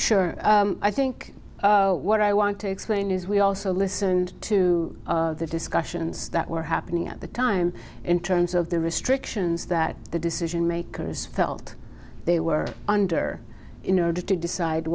sure i think what i want to explain is we also listened to the discussions that were happening at the time in terms of the restrictions that the decision makers felt they were under you know to decide